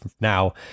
now